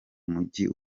mugi